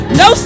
no